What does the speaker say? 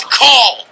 call